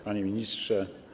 Panie Ministrze!